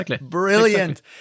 brilliant